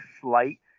slight